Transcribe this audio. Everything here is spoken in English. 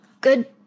good